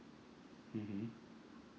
mmhmm